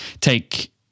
take